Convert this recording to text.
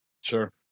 Sure